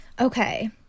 Okay